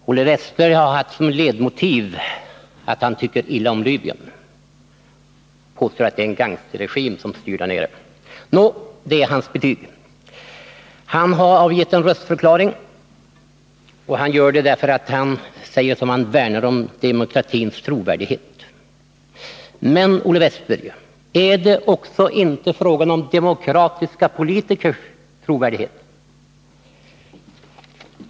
Fru talman! Olle Wästberg i Stockholm har haft som ledmotiv att han tycker illa om Libyen. Han påstår att det är en gangsterregim som styr där nere. Nå, det är hans betyg. Olle Wästberg har avgett en röstförklaring, och han grundar den på att han, som han säger, värnar om demokratins trovärdighet. Men, Olle Wästberg, är det inte fråga om också demokratiska politikers trovärdighet?